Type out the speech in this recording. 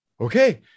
okay